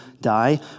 die